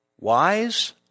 wise